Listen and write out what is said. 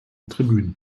tribünen